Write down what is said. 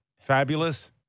Fabulous